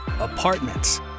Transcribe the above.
apartments